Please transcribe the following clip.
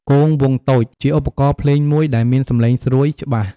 គងវង់តូច ជាឧបករណ៍ភ្លេងមួយដែលមានសំឡេងស្រួយ ច្បាស់។